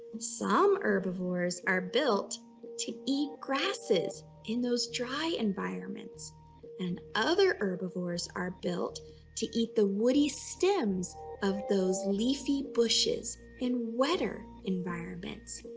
some herbivores are built to eat grasses in those dry environments and other herbivores are built to eat the woody stems of those leafy bushes in wetter environments.